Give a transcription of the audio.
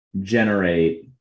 generate